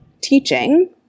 teaching